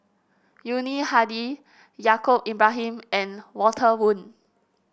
Yuni Hadi Yaacob Ibrahim and Walter Woon